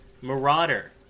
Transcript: Marauder